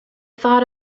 thought